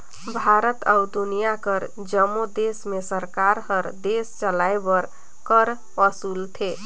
भारत अउ दुनियां कर जम्मो देस में सरकार हर देस चलाए बर कर वसूलथे